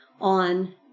on